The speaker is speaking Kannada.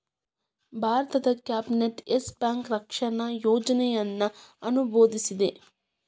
ಭಾರತದ್ ಕ್ಯಾಬಿನೆಟ್ ಯೆಸ್ ಬ್ಯಾಂಕ್ ರಕ್ಷಣಾ ಯೋಜನೆಯನ್ನ ಅನುಮೋದಿಸೇದ್